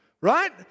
Right